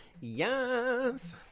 Yes